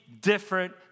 different